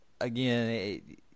again